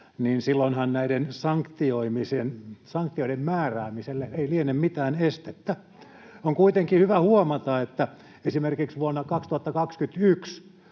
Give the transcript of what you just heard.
niin silloinhan näiden sanktioiden määräämiselle ei liene mitään estettä. [Niina Malm: Norminpurkutalkoot!] On kuitenkin hyvä huomata, että esimerkiksi vuonna 2021